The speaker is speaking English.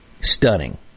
stunning